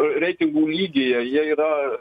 reitingų lygyje jie yra